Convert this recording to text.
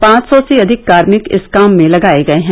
पांच सौ से अधिक कार्मिक इस काम में लगाए गए हैं